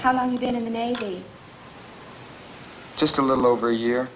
how long you've been in the navy just a little over a year